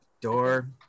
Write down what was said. Door